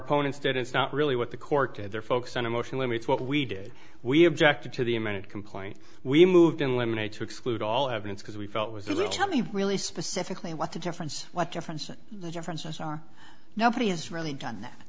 opponents did it's not really what the court did they're focused on emotion limits what we did we objected to the a minute complaint we moved in lemonade to exclude all evidence because we felt was a little chummy really specifically what a difference what difference the differences are nobody has really done that